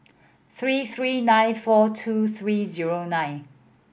three three nine four two three zero nine